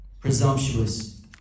presumptuous